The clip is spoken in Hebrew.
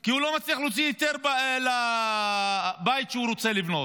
כי הוא לא מצליח למצוא היתר לבית שהוא רוצה לבנות.